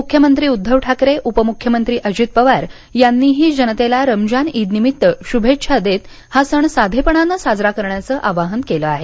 मुख्यमंत्री उद्घव ठाकरे उपमुख्यमंत्री अजित पवार यांनीही जनतेला रमजान ईद निमित्त शुभेच्छा देत हा सन साधेपणाने साजरा करण्याचं आवाहन केलं आहे